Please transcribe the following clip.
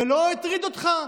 זה לא הטריד אותך?